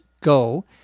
go